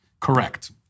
Correct